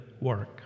work